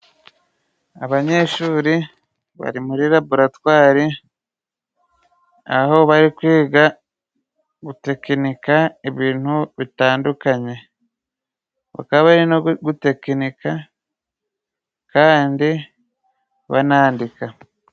Abanyeshuri bari muri laboratwari aho bari kwiga ba gutekinika ibintu bitandukanye. Bakaba bari no gutekinika kandi banandika.